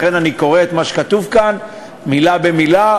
לכן אני קורא את מה שכתוב כאן מילה במילה.